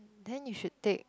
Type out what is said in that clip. then you should take